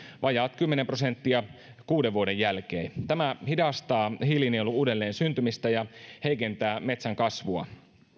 vajaat kymmenen prosenttia kuuden vuoden jälkeen tämä hidastaa hiilinielun uudelleen syntymistä ja heikentää metsän kasvua